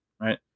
Right